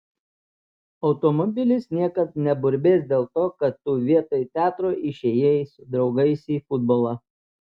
automobilis niekad neburbės dėl to kad tu vietoj teatro išėjai su draugais į futbolą